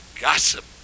gossip